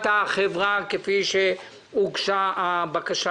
1943 , כפי שהוגש בבקשה?